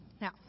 Now